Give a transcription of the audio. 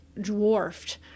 dwarfed